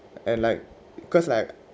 and like cause like